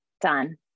done